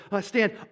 stand